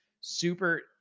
Super